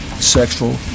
sexual